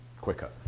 quicker